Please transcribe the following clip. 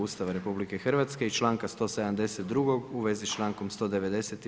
Ustava RH i članka 172. u svezi s člankom 190.